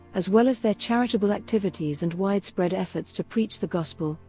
as well as their charitable activities and widespread efforts to preach the gospel,